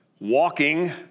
walking